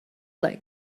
like